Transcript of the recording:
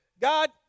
God